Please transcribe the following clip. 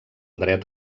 dret